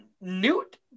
Newt